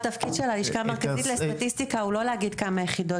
התפקיד של הלשכה המרכזית לסטטיסטיקה הוא לא להגיד כמה יחידות